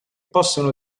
possono